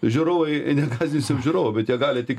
žiūrovai negąsdinsim žiūrovų bet jie gali tik